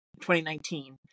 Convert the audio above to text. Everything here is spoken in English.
2019